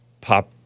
pop